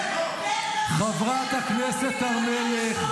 חברת הכנסת סון הר מלך,